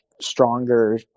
stronger